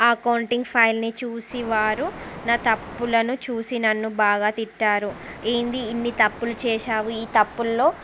ఆ అకౌంటింగ్ ఫైల్ని చూసి వారు నా తప్పులను చూసి నన్ను బాగా తిట్టారు ఏంది ఇన్ని తప్పులు చేశావు ఈ తప్పులలో